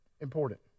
important